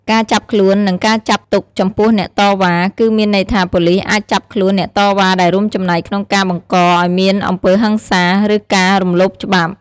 ការចាប់ខ្លួន និងការចាប់ទុកចំពោះអ្នកតវ៉ា គឺមានន័យថាប៉ូលីសអាចចាប់ខ្លួនអ្នកតវ៉ាដែលរួមចំណែកក្នុងការបង្កឲ្យមានអំពើហិង្សា ឬការរំលោភច្បាប់។